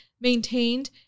maintained